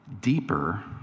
deeper